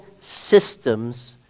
systems